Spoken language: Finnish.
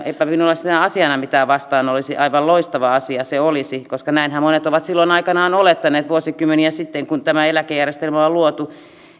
eipä minulla sitä asiana vastaan mitään olisi aivan loistava asia se olisi koska näinhän monet ovat silloin aikanaan olettaneet vuosikymmeniä sitten kun tämä eläkejärjestelmä on on luotu